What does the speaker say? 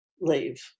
leave